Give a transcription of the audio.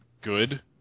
good